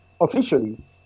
officially